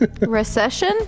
Recession